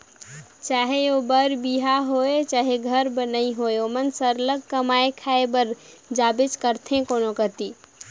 चहे ओ बर बिहा होए चहे घर बनई होए ओमन सरलग कमाए खाए बर जाबेच करथे कोनो कती